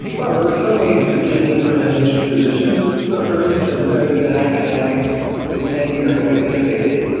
well, there are some ways of doing it from a hedge position. so, for instance, there has been academics with tenure who have innovated,